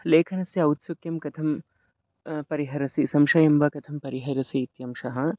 लेखनस्य औत्सुक्यं कथं परिहरसि संशयं वा कथं परिहरसि इत्यंशः